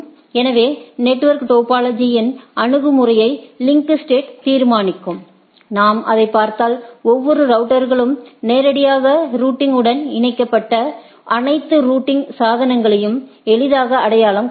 எனவே நெட்வொர்க் டோபாலஜியின் அணுகுமுறையை லிங்க் ஸ்டேட் தீர்மானிக்கும் நாம் அதைப் பார்த்தால் ஒவ்வொரு ரவுட்டர்களும் நேரடியாக நெட்வொர்க் உடன் இணைக்கப்பட்ட உள்ள அனைத்து ரூட்டிங் சாதனங்களையும் எளிதாக அடையாளம் காணும்